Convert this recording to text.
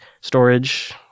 storage